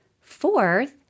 Fourth